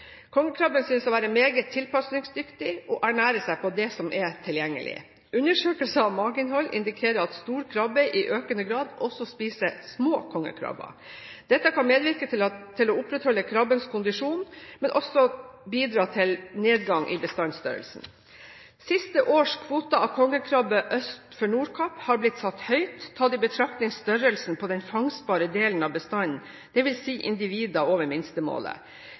Kongekrabben synes å være meget tilpasningsdyktig og ernærer seg på det som er tilgjengelig. Undersøkelser av mageinnhold indikerer at stor krabbe i økende grad også spiser små kongekrabber. Dette kan medvirke til å opprettholde krabbens kondisjon, men vil også bidra til nedgang i bestandsstørrelsen. Siste års kvoter av kongekrabbe øst for Nordkapp har blitt satt høyt, tatt i betraktning størrelsen på den fangstbare delen av bestanden – det vil si individer over minstemålet.